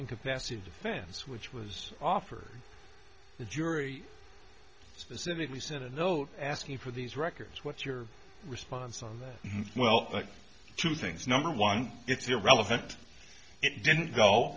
incapacity defense which was offered the jury specifically said a note asking for these records what's your response on well two things number one it's irrelevant it didn't go